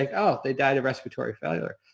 like oh, they died of respiratory failure.